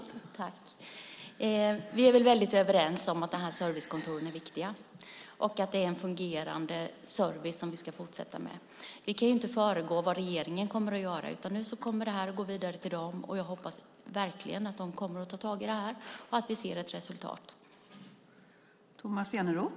Fru talman! Tomas Eneroth och jag är nog väldigt överens om att servicekontoren är viktiga och att det är en fungerande service som vi ska fortsätta med. Vi kan inte föregå vad regeringen kommer att göra. Nu kommer det här att gå vidare till regeringen, och jag hoppas verkligen att man kommer att ta tag i detta och att vi ser ett resultat.